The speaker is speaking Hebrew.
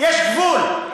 יש גבול.